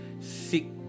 seek